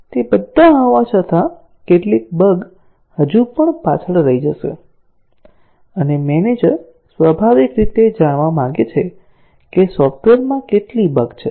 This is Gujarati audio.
તે બધા હોવા છતાં કેટલીક બગ હજુ પણ પાછળ રહી જશે અને મેનેજર સ્વાભાવિક રીતે જાણવા માંગે છે કે સોફ્ટવેરમાં કેટલી બગ છે